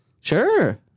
Sure